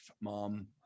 mom